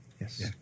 yes